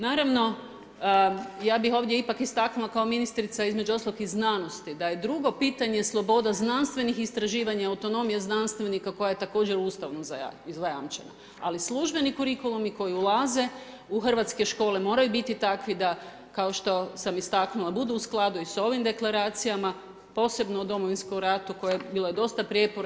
Naravno ja bih ovdje ipak istaknula kao ministrica, između ostalog i znanosti da je drugo pitanje sloboda znanstvenih istraživanja i autonomija znanstvenika koja je također ustavno zajamčena, ali službeni kurikulumi koji ulaze u hrvatske škole moraju biti takvi da kao što sam istaknula budu u skladu i sa ovim deklaracijama posebno o Domovinskom ratu koje, bilo je dosta prijepora.